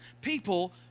People